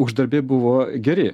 uždarbiai buvo geri